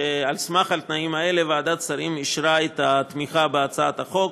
על סמך התנאים האלה ועדת שרים אישרה את התמיכה בהצעת החוק.